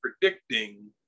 predicting